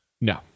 No